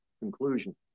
conclusion